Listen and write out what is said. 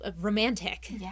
romantic